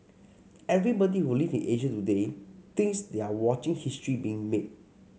everybody who lives in Asia today thinks they are watching history being made